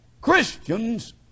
Christians